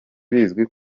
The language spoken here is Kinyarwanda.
bizwi